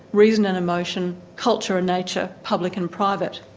reason and emotion, culture and nature, public and private.